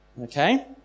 Okay